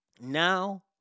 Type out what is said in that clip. now